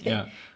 ya